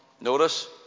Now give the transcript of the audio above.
notice